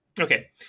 Okay